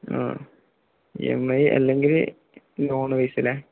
ആ എംഐ അല്ലെങ്കില് ലോണ് പൈസിലേ